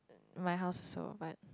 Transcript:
my house also but